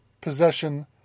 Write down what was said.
possession